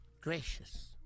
Gracious